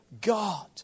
God